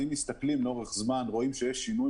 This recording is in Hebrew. אם מסתכלים לאורך זמן רואים שיש שינוי